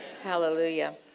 Hallelujah